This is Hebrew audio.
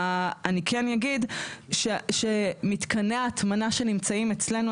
אני כן אגיד שמתקני ההטמנה שנמצאים אצלנו,